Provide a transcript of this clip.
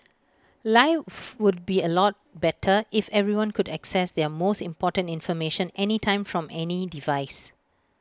life would be A lot better if everyone could access their most important information anytime from any device